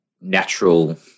natural